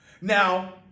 Now